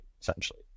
essentially